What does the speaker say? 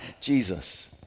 Jesus